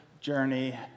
journey